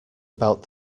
about